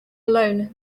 alone